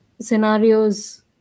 scenarios